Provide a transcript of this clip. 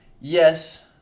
yes